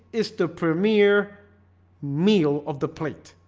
it's the premier meal of the plate